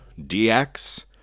DX